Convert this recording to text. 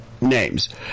Names